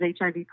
HIV